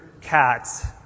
cats